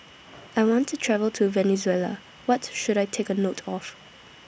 I want to travel to Venezuela What should I Take note of